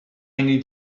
need